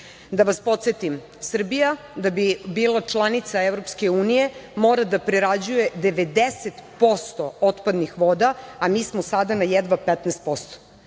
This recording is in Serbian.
vas podsetim, Srbija da bi bila članica EU mora da prerađuje 90% otpadnih voda, a mi smo sada na jedva 15%.